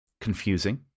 confusing